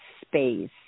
space